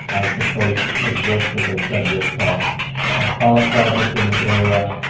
this approach has worked, as i said, with pilot project in the area.